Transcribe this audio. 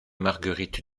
marguerite